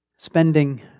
Spending